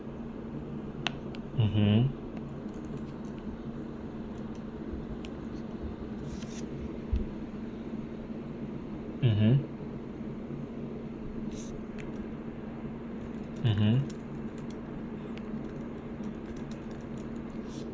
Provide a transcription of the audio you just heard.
mmhmm mmhmm mmhmm